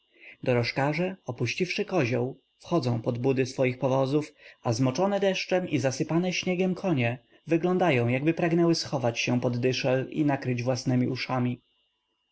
dorożkarze opuściwszy kozioł wchodzą pod budy swoich powozów a zmoczone deszczem i zasypane śniegiem konie wyglądają tak jakby pragnęły schować się pod dyszel i nakryć własnemi uszami